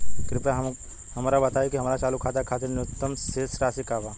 कृपया हमरा बताइ कि हमार चालू खाता के खातिर न्यूनतम शेष राशि का बा